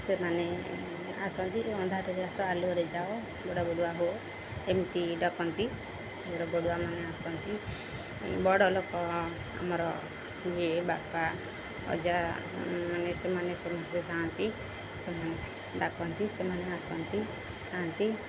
ସେମାନେ ଆସନ୍ତି ଅନ୍ଧାରରେ ଆସ ଆଲୁଅରେ ଯାଅ ବଡ଼ ବଡ଼ୁଆ ହୋ ଏମିତି ଡାକନ୍ତି ବଡ଼ ବଡ଼ୁଆ ମାନେ ଆସନ୍ତି ବଡ଼ ଲୋକ ଆମର ଇଏ ବାପା ଅଜା ମାନେ ସେମାନେ ସମସ୍ତେ ଯାଆନ୍ତି ସେମାନେ ଡାକନ୍ତି ସେମାନେ ଆସନ୍ତି ଖାଆନ୍ତି